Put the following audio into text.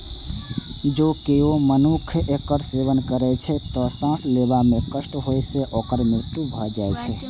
जौं केओ मनुक्ख एकर सेवन करै छै, तं सांस लेबा मे कष्ट होइ सं ओकर मृत्यु भए जाइ छै